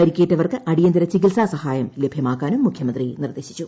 പരിക്കേറ്റവർക്ക് അടിയന്തര ചികിത്സാ സഹായം ലഭ്യമാക്കാനും മുഖ്യമന്ത്രി നിർദ്ദേശിച്ചു